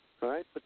right